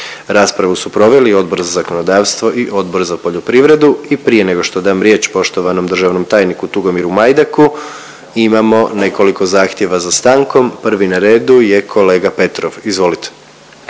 Raspravu su proveli Odbor za zakonodavstvo i Odbor za poljoprivredu i prije nego što dam riječ poštovanom državnom tajniku Tugomiru Majdaku imamo nekoliko zahtjeva za stankom, prvi na redu je kolega Petrov, izvolite.